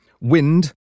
wind